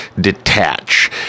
detach